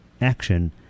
action